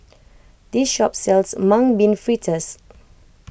this shop sells Mung Bean Fritters